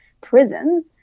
prisons